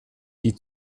die